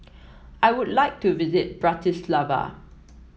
I would like to visit Bratislava